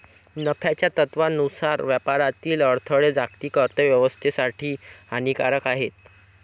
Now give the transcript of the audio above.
नफ्याच्या तत्त्वानुसार व्यापारातील अडथळे जागतिक अर्थ व्यवस्थेसाठी हानिकारक आहेत